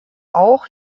auch